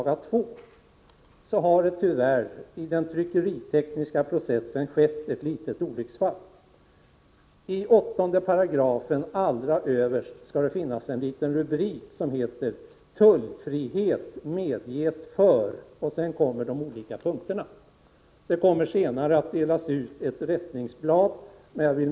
2 har det skett ett litet olycksfall i den tryckeritekniska processen. I 8 § överst på sidan skall rubriken ”Tullfrihet medges för” anges. Ett rättningsblad kommer senare att delas ut.